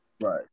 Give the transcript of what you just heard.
Right